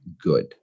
good